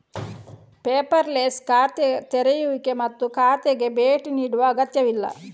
paperless ಖಾತೆ ತೆರೆಯುವಿಕೆ ಮತ್ತು ಶಾಖೆಗೆ ಭೇಟಿ ನೀಡುವ ಅಗತ್ಯವಿಲ್ಲ